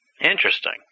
Interesting